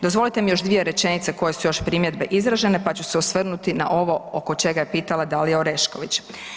Dozvolite mi još dvije rečenice koje su još primjedbe izražene pa ću se osvrnuti na ovo oko čega je pitala Dalija Orešković.